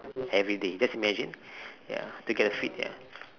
everyday just imagine ya look at the fit ya